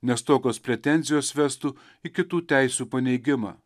nes tokios pretenzijos vestų į kitų teisių paneigimą